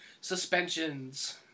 suspensions